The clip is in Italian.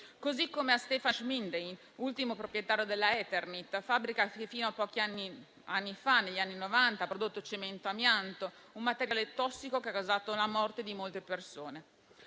così come ad Stephan Schmidheiny, ultimo proprietario della Eternit, fabbrica che, fino a pochi anni fa, negli anni Novanta ha prodotto cemento amianto, un materiale tossico che ha causato la morte di molte persone.